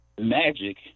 magic